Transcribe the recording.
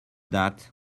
that